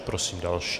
Prosím další.